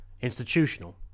institutional